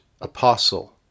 apostle